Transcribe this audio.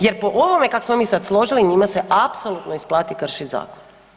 Jer po ovome kak smo mi sad složili njima se apsolutno isplati kršit zakon.